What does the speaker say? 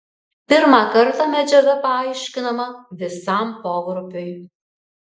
pirmą kartą medžiaga paaiškinama visam pogrupiui